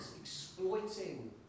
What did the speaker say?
exploiting